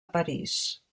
paris